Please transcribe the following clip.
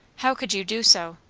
how could you do so?